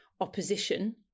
opposition